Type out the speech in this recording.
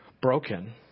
broken